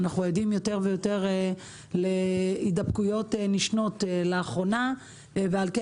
אנחנו עדים יותר ויותר על הידבקויות נשנות לאחרונה ועל כן